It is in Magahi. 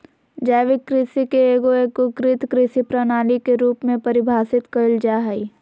जैविक कृषि के एगो एगोकृत कृषि प्रणाली के रूप में परिभाषित कइल जा हइ